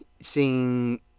seeing